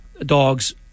dogs